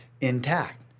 intact